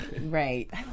Right